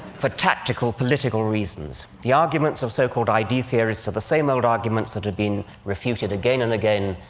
for tactical, political reasons. the arguments of so-called id theorists are the same old arguments that had been refuted again and again,